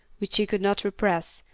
which she could not repress,